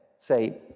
Say